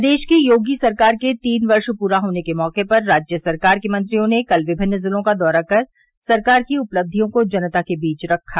प्रदेश की योगी सरकार के तीन वर्ष पूरा होने के मौके पर राज्य सरकार के मंत्रियों ने कल विभिन्न जिलों का दौरा कर सरकार की उपलब्धियों को जनता के बीच रखा